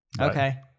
Okay